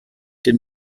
den